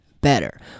better